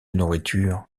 nourriture